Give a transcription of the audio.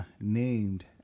named